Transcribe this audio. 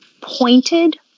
pointed